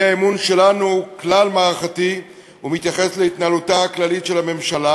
האי-אמון שלנו כלל-מערכתי ומתייחס להתנהלותה הכללית של הממשלה,